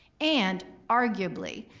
and, arguably,